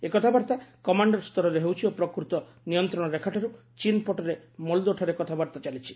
ଏହି କଥାବାର୍ତ୍ତା କମାଣ୍ଡର ସ୍ତରରେ ହେଉଛି ଓ ପ୍ରକୃତ ନିୟନ୍ତ୍ରଣରେଖାଠାରୁ ଚୀନ୍ ପଟରେ ମୋଲ୍ଦୋଠାରେ କଥାବାର୍ତ୍ତା ଚାଳିଛି